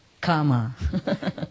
karma